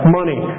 money